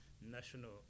national